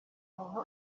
umuntu